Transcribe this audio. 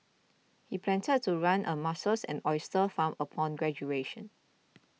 he planned to run a mussels and oyster farm upon graduation